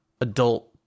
adult